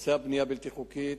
נושא הבנייה הבלתי-חוקית,